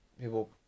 people